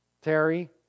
Terry